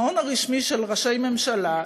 המעון הרשמי של ראשי ממשלה,